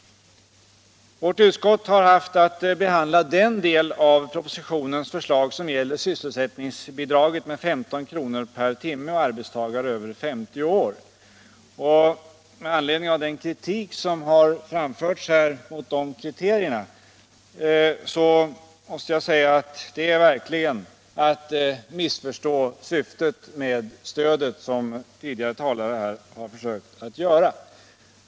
Vårt utskott har haft att behandla den del av propositionens förslag som gäller sysselsättningsbidraget på 15 kr. per timme och arbetstagare över 50 år. Med anledning av den kritik som har framförts mot de kriterierna måste jag säga att det verkligen är att missförstå syftet med stödet, om man tolkar det som tidigare talare här har försökt göra.